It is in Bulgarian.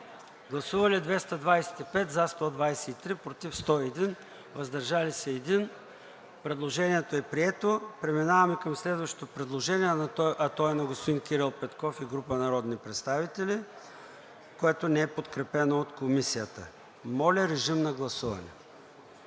представители: за 123, против 101, въздържал се 1. Предложението е прието. Преминаваме към следващото предложение, а то е на господин Кирил Петков и група народни представители, което не е подкрепено от Комисията. Моля, гласувайте.